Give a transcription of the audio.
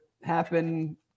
happen